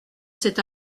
cet